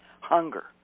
hunger